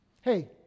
hey